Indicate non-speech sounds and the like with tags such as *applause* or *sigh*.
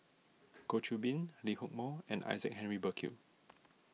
*noise* Goh Qiu Bin Lee Hock Moh and Isaac Henry Burkill